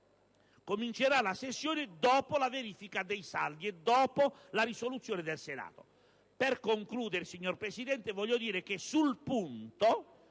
comincerà la sessione dopo la verifica dei saldi e dopo la risoluzione del Senato. Per concludere, signor Presidente, voglio dire che, sul punto,